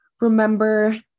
remember